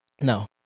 No